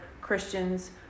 christians